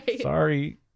sorry